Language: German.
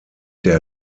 der